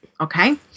Okay